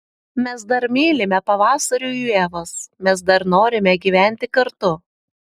mes dar mylime pavasarių ievas mes dar norime gyventi kartu